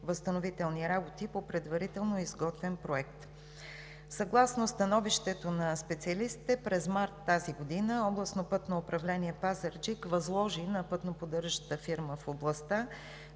ремонтно-възстановителни работи по предварително изготвен проект. Съгласно становището на специалистите през месец март тази година Областното пътно управление – Пазарджик, възложи на пътноподдържащата фирма в областта